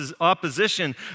opposition